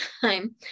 time